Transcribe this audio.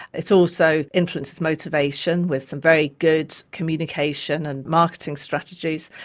it also influences motivation with some very good communication and marketing strategies,